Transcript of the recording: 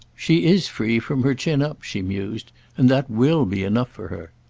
she is free from her chin up, she mused and that will be enough for her.